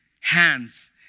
hands